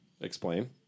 Explain